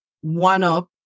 one-up